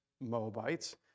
Moabites